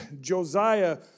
Josiah